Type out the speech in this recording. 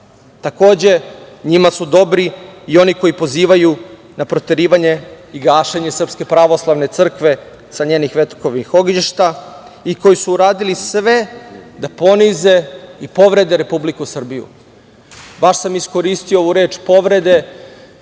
ne. Takođe, njima su dobri i oni koji pozivaju na proterivanje i gašenje Srpske pravoslavne crkve sa njenih ognjišta i koji su uradili sve da ponize i povrede Republiku Srbiju. Baš sam iskoristio ovu reč – povrede,